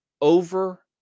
over